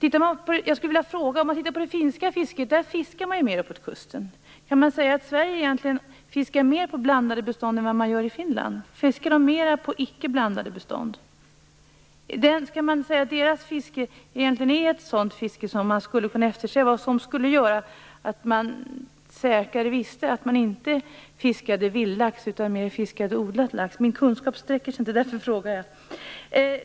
I Finland fiskar man mer uppåt kusten. Kan man säga att Sverige egentligen fiskar mer på blandade bestånd än vad man gör i Finland? Fiskar man där på icke blandade bestånd? Kan man säga att deras fiske egentligen är ett sådant fiske som man skulle kunna eftersträva och som skulle göra att man säkrare visste att man inte fiskar vildlax utan mer odlad lax? Min kunskap sträcker sig inte så långt, det är därför jag frågar.